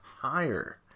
higher